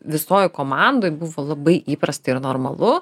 visoje komandoj buvo labai įprasta ir normalu